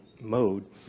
mode